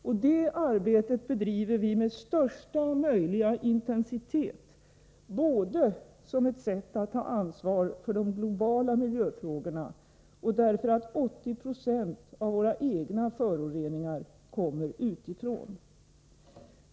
Och det arbetet bedriver vi med största möjliga intensitet både som ett sätt att ta ansvar för de globala miljöfrågorna och därför att 80 26 av våra egna föroreningar kommer utifrån.